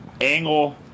Angle